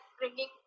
bringing